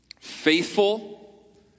faithful